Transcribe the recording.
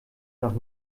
noch